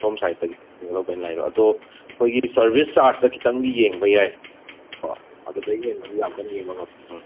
ꯁꯣꯝ ꯁꯥꯏꯗꯇꯒꯤ ꯑꯗꯣ ꯑꯩꯈꯣꯏꯒꯤ ꯁꯔꯕꯤꯁ ꯆꯥꯔꯖꯇ ꯈꯣꯇꯪꯗꯤ ꯌꯦꯡꯕ ꯌꯥꯏꯀꯣ ꯑꯗꯨꯗꯒꯤ ꯍꯦꯟꯕꯗꯤ ꯌꯥꯝ ꯀꯟꯅ ꯌꯦꯡꯕ ꯉꯝꯗꯦ